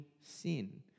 sin